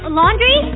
laundry